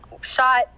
shot